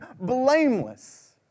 blameless